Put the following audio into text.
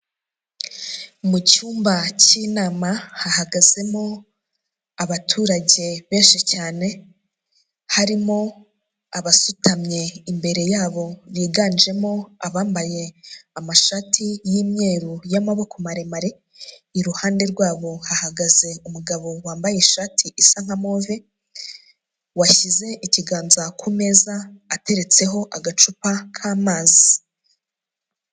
Mu cyumba cy'inama hahagazemo abaturage benshi cyane, harimo abasutamye imbere yabo biganjemo abambaye amashati y'imyeru y'amaboko maremare, iruhande rwabo hahagaze umugabo wambaye ishati isa nka move, washyize ikiganza ku meza ateretseho agacupa k'amazi.